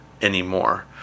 anymore